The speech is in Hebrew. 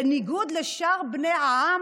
בניגוד לשאר בני העם,